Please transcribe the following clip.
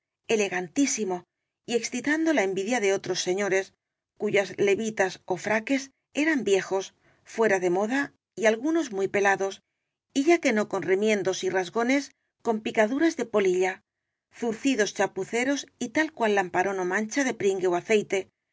elegantísimo y excitando la envidia de otros señores cuyas levitas ó fraques eran vie jos fuera de moda y algunos muy pelados y ya que no con remiendos y rasgones con picaduras de polilla zurcidos chapuceros y tal cual lamparón ó mancha de pringue ó aceite